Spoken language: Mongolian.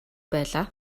байлаа